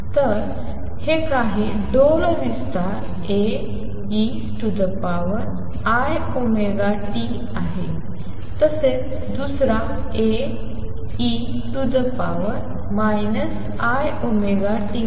तर हे काही डोलविस्तार Aeiωt आहे तसेच दुसरा Ae iωt